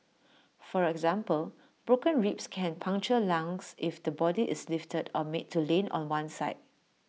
for example broken ribs can puncture lungs if the body is lifted or made to lean on one side